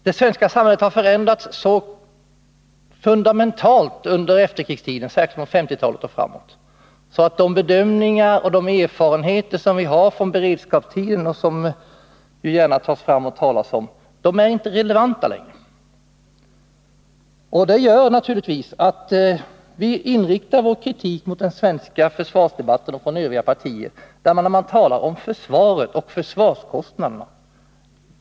Det svenska samhället har förändrats så fundamentalt under efterkrigstiden, särskilt från 1950-talet och framåt, att de bedömningar och erfarenheter vi har från beredskapstiden, som man gärna talar om, inte längre är relevanta. Det gör naturligtvis att vi riktar vår kritik mot den svenska försvarsdebatten som den förs av övriga partier, där man talar om försvaret och försvarskostnaderna.